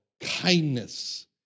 kindness